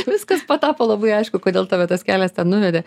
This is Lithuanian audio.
viskas patapo labai aišku kodėl tave tas kelias ten nuvedė